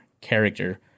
character